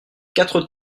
quatre